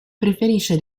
preferisce